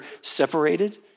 separated